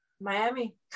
Miami